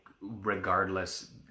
regardless